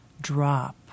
drop